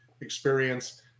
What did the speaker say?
experience